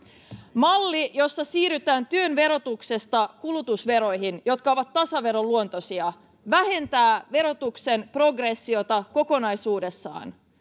malli jossa siirrytään työn verotuksesta kulutusveroihin jotka ovat tasaveroluontoisia vähentää verotuksen progressiota kokonaisuudessaan